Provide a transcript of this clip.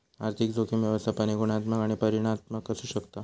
आर्थिक जोखीम व्यवस्थापन हे गुणात्मक आणि परिमाणात्मक असू शकता